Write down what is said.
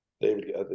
David